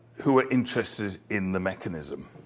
who were interested in the mechanism.